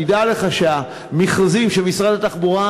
תדע לך שהמכרזים שמשרד התחבורה